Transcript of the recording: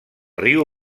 riu